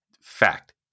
Fact